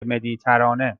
مدیترانه